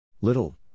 Little